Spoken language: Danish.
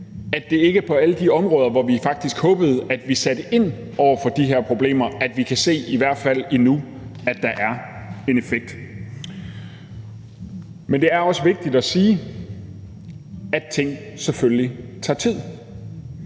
at det ikke er på alle de områder, hvor vi faktisk håbede at vi satte ind over for de her problemer, vi kan se, i hvert fald ikke endnu, at der er en effekt. Men det er også vigtigt at sige, at ting selvfølgelig tager tid.